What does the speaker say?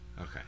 Okay